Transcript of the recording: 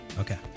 Okay